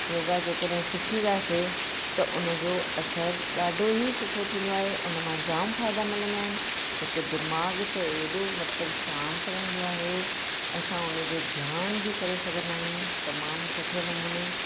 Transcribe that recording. योगा जेकॾहिं सिखी वियासीं त उन जो असर ॾाढो ही सुठो थीन्दो आहे उन मां जाम फ़ाइदा मिलन्दा आहिनि हिक दिमाग़ त ऐॾो मतलब शांत रहन्दो आहे असां उन जो ध्यानु बि करे सघन्दा आहियूं तमामु सुठे नमूने